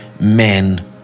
men